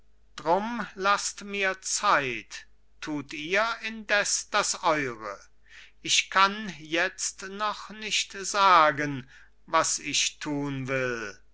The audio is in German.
drum laßt mir zeit tut ihr indes das eure ich kann jetzt noch nicht sagen was ich tun will